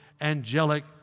angelic